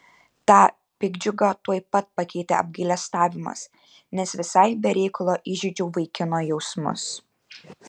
tą piktdžiugą tuoj pat pakeitė apgailestavimas nes visai be reikalo įžeidžiau vaikino jausmus